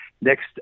Next